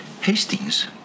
Hastings